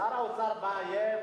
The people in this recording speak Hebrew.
שר האוצר מאיים,